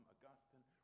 Augustine